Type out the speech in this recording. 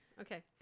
Okay